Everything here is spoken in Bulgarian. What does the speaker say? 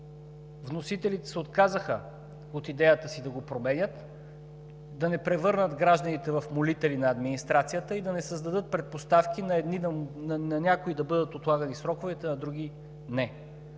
вносителите се отказаха от идеята си да го променят, да не превърнат гражданите в молители на администрацията и да не създадат предпоставки на някои да бъдат отлагани сроковете, а на други – не.